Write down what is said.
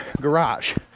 garage